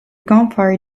gunfire